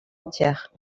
entières